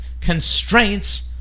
constraints